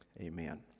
amen